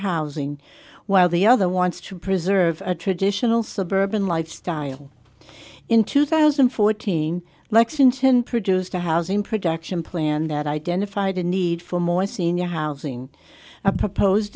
housing while the other wants to preserve a traditional suburban lifestyle in two thousand and fourteen lexington produced a housing production plan that identified a need for more senior housing a proposed